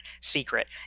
secret